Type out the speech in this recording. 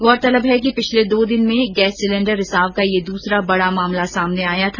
गौरतलब है कि पिछले दो दिन में गैस सिलेंडर रिसाव का यह द्सरा बड़ा मामला सामने आया था